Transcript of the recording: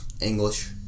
English